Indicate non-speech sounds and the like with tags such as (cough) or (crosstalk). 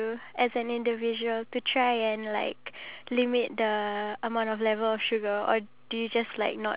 however amount of level of sugars that we want but then again (breath) it's important for us to like